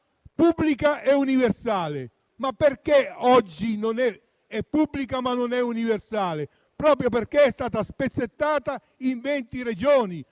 pubblica e universale. Perché oggi è pubblica, ma non è universale? Proprio perché è stata spezzettata in venti Regioni.